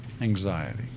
anxiety